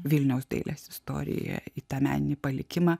vilniaus dailės istoriją į tą meninį palikimą